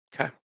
Okay